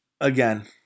again